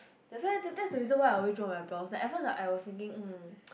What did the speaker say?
that's why that that is the reason why I always draw my brows like at first I I was thinking mm